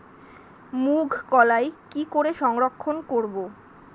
মুঘ কলাই কি করে সংরক্ষণ করব?